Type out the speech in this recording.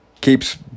keeps